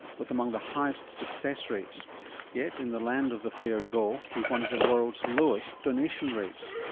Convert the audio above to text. with among the highest success rates yet in the land of the fair go, we've one of the world's lowest donation rates.